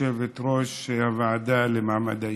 יושבת-ראש הוועדה למעמד האישה,